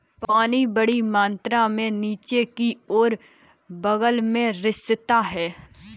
पानी बड़ी मात्रा में नीचे की ओर और बग़ल में रिसता है